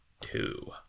two